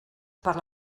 per